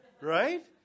Right